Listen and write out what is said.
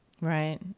Right